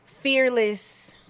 fearless